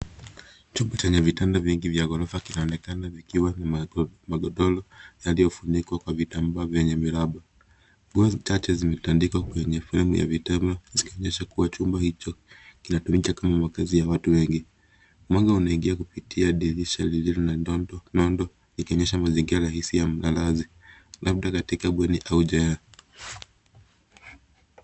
Chumba chenye vitanda vingi vya ghorofa kinaonekana likiwa na magodoro yaliyofunikwa kwa vitambaa vyenye miraba. Nguo chache zimetandikwa kwenye fremu ya vitanda zikionyesha kuwa chumba hicho kinatumika kama makazi ya watu wengi. Mwanga unaingia kupitia dirisha lililo na nundu likionyesha mazingira na hisia za mlalazi, labda katika bweni au jela.